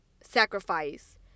sacrifice